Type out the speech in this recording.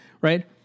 Right